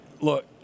Look